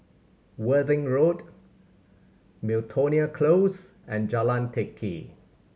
Worthing Road Miltonia Close and Jalan Teck Kee